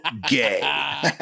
gay